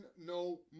no